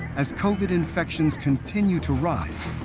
as covid infections continue to rise,